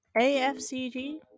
A-F-C-G